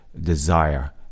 desire